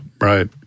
right